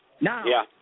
Now